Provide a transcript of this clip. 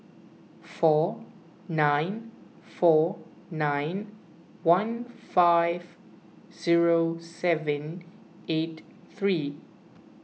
four nine four nine one five zero seven eight three